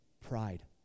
pride